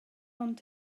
ond